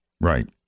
Right